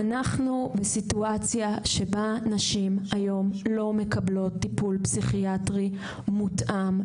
אנחנו בסיטואציה שבה נשים היום לא מקבלות טיפול פסיכיאטרי מותאם,